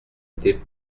été